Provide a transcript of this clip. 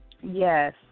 Yes